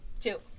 Two